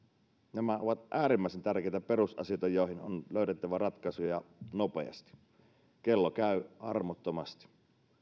nämä ovat äärimmäisen tärkeitä perusasioita joihin on löydettävä ratkaisuja nopeasti kello käy armottomasti